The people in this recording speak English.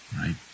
right